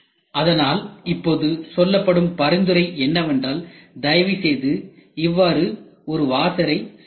அதனால் இப்போது சொல்லப்படும் பரிந்துரை என்னவென்றால் தயவுசெய்து இவ்வாறு ஒரு வாசரை செய்ய வேண்டும்